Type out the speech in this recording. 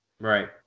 Right